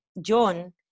John